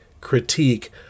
critique